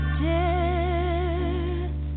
death